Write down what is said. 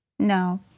No